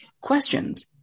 questions